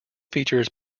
features